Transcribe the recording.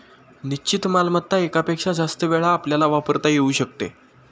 निश्चित मालमत्ता एकापेक्षा जास्त वेळा आपल्याला वापरता येऊ शकते